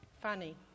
Funny